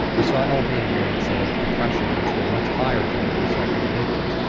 we saw elevated rates of depression which were much higher than what we saw for the victims.